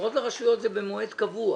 הפנייה התקציבית נועדה לתגבור